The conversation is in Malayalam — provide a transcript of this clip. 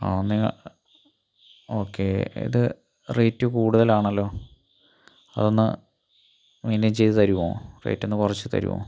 ഒന്ന് ഓക്കേ ഇത് റേറ്റ് കൂടുതലാണല്ലോ അതൊന്ന് മെയ്ന്ൻ്റെയ്ൻ ചെയ്തു തരുമോ റേറ്റ് ഒന്ന് കുറച്ച് തരുമോ